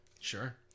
Sure